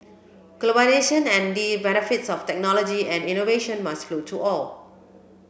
globalisation and the benefits of technology and innovation must flow to all